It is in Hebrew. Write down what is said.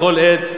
בכל עת,